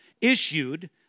issued